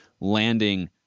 landing